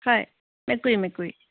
হয় মেকুৰী মেকুৰী